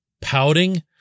pouting